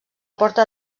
porta